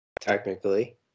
Technically